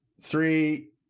three